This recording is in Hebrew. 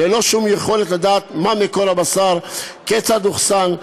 ללא שום יכולת לדעת מה מקור הבשר וכיצד אוחסן,